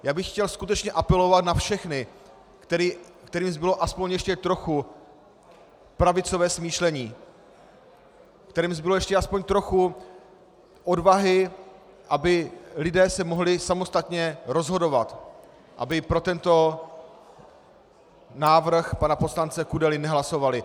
Já bych chtěl skutečně apelovat na všechny, kterým zbylo aspoň ještě trochu pravicové smýšlení, kterým zbylo ještě aspoň trochu odvahy, aby se lidé mohli samostatně rozhodovat, aby pro tento návrh pana poslance Kudely nehlasovali.